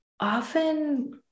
often